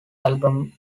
album